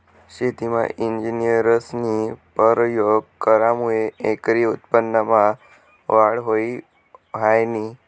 शेतीमा इंजिनियरस्नी परयोग करामुये एकरी उत्पन्नमा वाढ व्हयी ह्रायनी